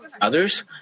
others